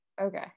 Okay